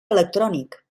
electrònic